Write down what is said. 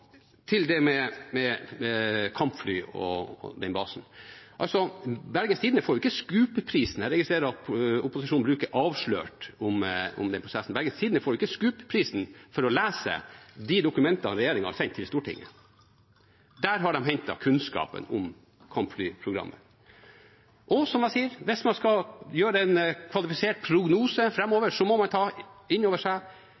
til det med kampfly og den basen. Jeg registrerer at opposisjonen bruker begrepet «avslørt» om den prosessen. Bergens Tidende får jo ikke SKUP-prisen for å lese de dokumentene regjeringen har sendt til Stortinget. Der har de hentet kunnskapen om kampflyprogrammet. Som jeg sier, hvis man skal lage en kvalifisert prognose framover, må man ta inn over seg